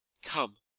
come,